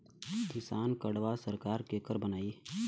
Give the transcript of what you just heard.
किसान कार्डवा सरकार केकर बनाई?